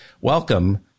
Welcome